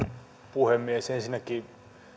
puhemies ensinnäkin